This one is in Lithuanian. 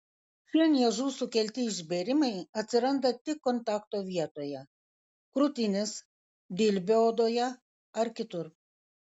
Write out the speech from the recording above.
šie niežų sukelti išbėrimai atsiranda tik kontakto vietoje krūtinės dilbio odoje ar kitur